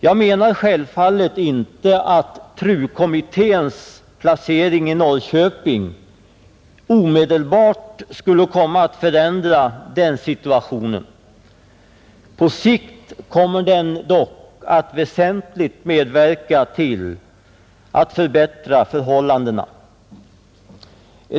Jag menar självfallet inte att TRU-kommitténs placering i Norrköping omedelbart skulle komma att förändra den situationen, På sikt kommer den dock att väsentligt medverka till att förbättra förhållandena.